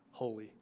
holy